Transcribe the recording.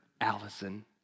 Allison